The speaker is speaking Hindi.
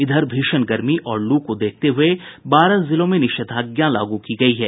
इधर भीषण गर्मी और लू को देखते हुये बारह जिलों में निषेधाज्ञा लागू की गयी है